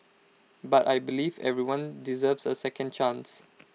but I believe everyone deserves A second chance